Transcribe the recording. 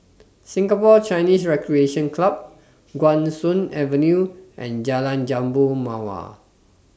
Singapore Chinese Recreation Club Guan Soon Avenue and Jalan Jambu Mawar